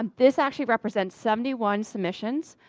and this actually represents seventy one submissions,